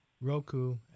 Roku